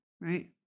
right